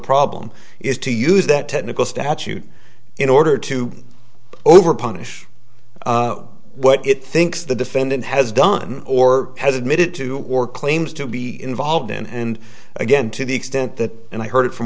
problem is to use that technical statute in order to over punish what it thinks the defendant has done or has admitted to or claims to be involved in and again to the extent that and i heard it